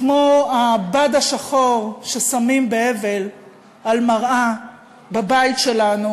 כמו הבד השחור ששמים באבל על מראה בבית שלנו,